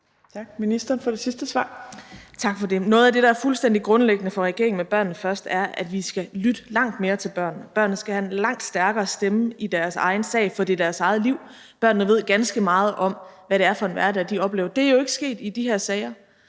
Tak for det. Noget af det, der er fuldstændig grundlæggende for regeringen med »Børnene Først«, er, at vi skal lytte langt mere til børnene. Børnene skal have en langt stærkere stemme i deres egen sag, for det er deres eget liv. Børnene ved ganske meget om, hvad det er for en hverdag, de oplever. Det er jo ikke sket i de her sager,